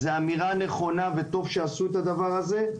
זו אמירה נכונה וזה טוב שעשו את הדבר הזה.